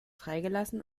freigelassen